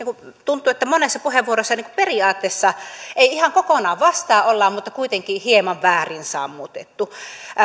kun tuntuu että monessa puheenvuorossa periaatteessa ei ihan kokonaan vastaan olla mutta kuitenkin hieman väärin sammutettu